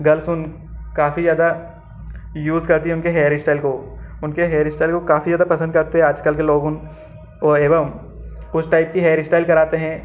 गलसुन काफ़ी ज़्यादा यूज़ करती हैं उनके हेयर इस्टाइल को उनके हेयर इस्टाइल को काफ़ी ज़्यादा पसंद करते हैं आजकल के लोग और एवं उस टाइप की हेयर इस्टाइल कराते हैं